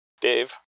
Dave